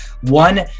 one